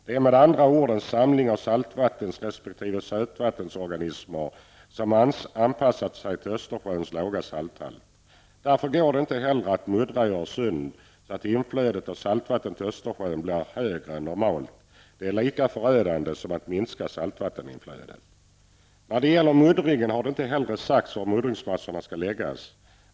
De är med andra ord en samling av saltvattens resp. sötvattensorganismer som anpassat sig till Östersjöns låga salthalt. Därför går det inte heller att muddra i Öresund så att inflödet av saltvatten till Östersjön blir högre än normalt. Detta är lika förödande som att minska saltvatteninflödet. När det gäller muddringen har det inte heller sagts var muddringsmassorna skall läggas.